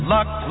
Luck